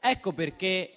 Ecco perché